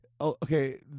okay